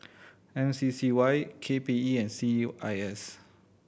M C C Y K P E and C E I S